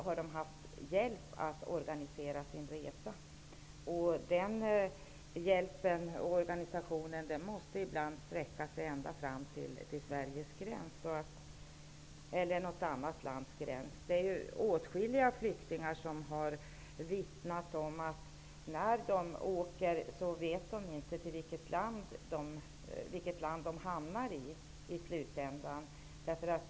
De behöver hjälp med att organisera sin resa. Den organiserade hjälpen måste ibland sträcka sig ända fram till Sveriges, eller något annnat lands, gräns. Åtskilliga flyktingar har vittnat om att när de har påbörjat sin resa så har de inte vetat vilket land de i slutändan skall hamna i.